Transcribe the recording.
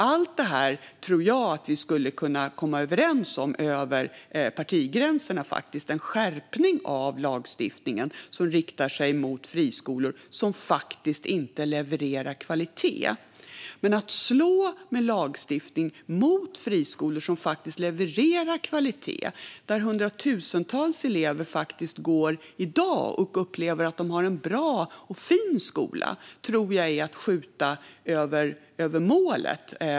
Allt detta tror jag faktiskt att vi skulle kunna komma överens om över partigränserna, alltså en skärpning av lagstiftningen som riktar sig mot friskolor som inte levererar kvalitet. Men att slå med lagstiftning mot friskolor som faktiskt levererar kvalitet och där hundratusentals elever i dag går och upplever att de har en bra och fin skola tror jag är att skjuta över målet.